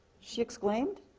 she exclaimed.